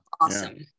awesome